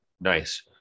Nice